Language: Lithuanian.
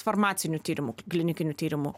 farmacinių tyrimų klinikinių tyrimų